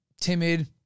timid